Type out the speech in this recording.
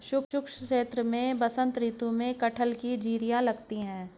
शुष्क क्षेत्र में बसंत ऋतु में कटहल की जिरीयां लगती है